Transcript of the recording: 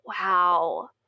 wow